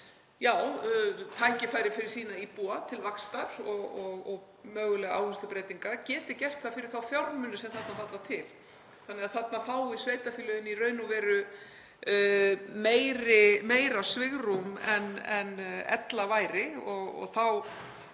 tækifæri fyrir íbúa sína til vaxtar og mögulega áherslubreytinga geti gert það fyrir þá fjármuni sem þarna falla til. Þarna fái sveitarfélögin í raun og veru meira svigrúm en ella væri og